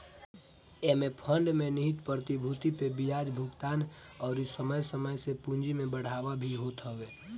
एमे फंड में निहित प्रतिभूति पे बियाज भुगतान अउरी समय समय से पूंजी में बढ़ावा भी होत ह